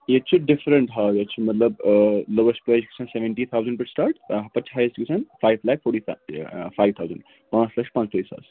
ییٚتہِ چھِ ڈِفرَنٛٹ ہاو ییٚتہِ چھِ مطلب لوٚوٮ۪سٹ پرٛایِز گژھان سٮ۪وَنٹی تھَوزَنٛڈ پٮ۪ٹھ سِٹاٹ پَتہٕ چھِ ہایَسٹ گژھان five lakh forty five thousand پانٛژھ لَچھ پانٛژھ تٲجی ساس